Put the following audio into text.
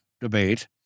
debate